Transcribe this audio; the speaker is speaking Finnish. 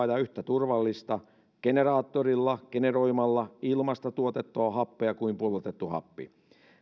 ja yhtä turvallista generaattorilla generoimalla ilmasta tuotettua happea kuin pullotettu happi